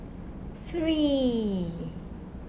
three